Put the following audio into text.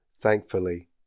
thankfully